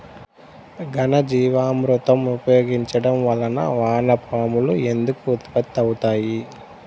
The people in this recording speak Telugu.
ఘనజీవామృతం ఉపయోగించటం వలన వాన పాములు ఎందుకు ఉత్పత్తి అవుతాయి?